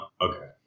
okay